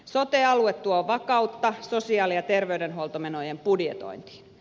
sote alue tuo vakautta sosiaali ja terveydenhuoltomenojen budjetointiin